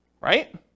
Right